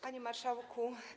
Panie Marszałku!